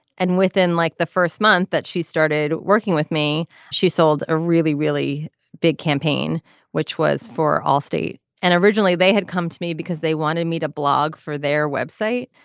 and within like the first month that she started working with me she sold a really really big campaign which was for allstate and originally they had come to me because they wanted me to blog for their web site